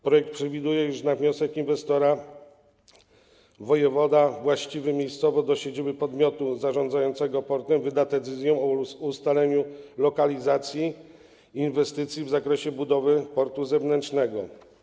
Projekt przewiduje, iż na wniosek inwestora wojewoda właściwy miejscowo dla siedziby podmiotu zarządzającego portem wyda decyzję o ustaleniu lokalizacji inwestycji w zakresie budowy portu zewnętrznego.